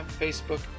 Facebook